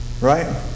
Right